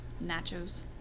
nachos